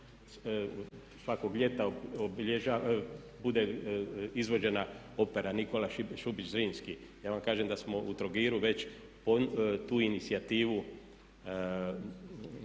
svakog ljeta obilježava, bude izvođena opera Nikola Šubić Zrinski. Ja vam kažem da smo u Trogiru već tu inicijativu